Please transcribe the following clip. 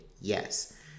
Yes